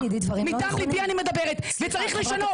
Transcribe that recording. מדם ליבי אני מדברת וצריך לשנות,